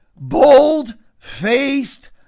bold-faced